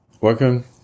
welcome